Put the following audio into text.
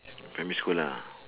primary school lah